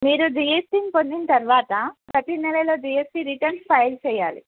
మీరు జిఎస్టిని పొందిన తర్వాత ప్రత నెలలో జిఎస్టి రిటర్న్స్ ఫైల్ చెయాలి